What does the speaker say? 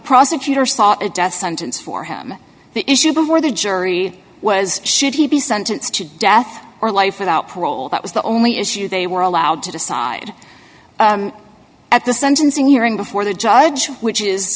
prosecutor sought a death sentence for him the issue before the jury was should he be sentenced to death or life without parole that was the only issue they were allowed to decide at the sentencing hearing before the judge which is